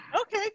Okay